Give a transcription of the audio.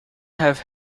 have